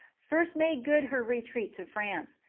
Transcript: first made good her retreat to france,